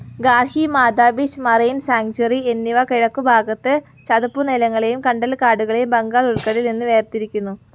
Gahirmatha beach marine sanctuary എന്നിവ കിഴക്കുഭാഗത്ത് ചതുപ്പുനിലങ്ങളെയും കണ്ടൽക്കാടുകളെയും ബംഗാൾ ഉൾക്കടലിൽ നിന്ന് വേർതിരിക്കുന്നു